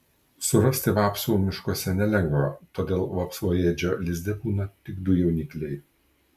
surasti vapsvų miškuose nelengva todėl vapsvaėdžio lizde būna tik du jaunikliai